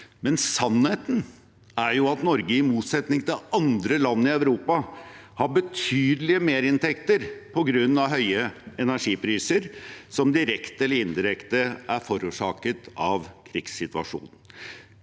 men sannheten er at Norge, i motsetning til andre land i Europa, har betydelige merinntekter på grunn av høye energipriser, som direkte eller indirekte er forårsaket av krigssituasjonen.